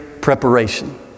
preparation